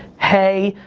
hey,